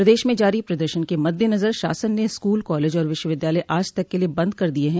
प्रदेश में जारी प्रदर्शन के मददेनजर शासन ने स्कूल कॉलेज और विश्वविद्यालय आज तक के लिये बंद कर दिये हैं